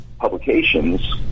publications